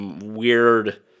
weird